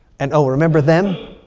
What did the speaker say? and oh, remember them?